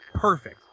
Perfect